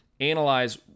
Analyze